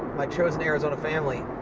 my chosen arizona family,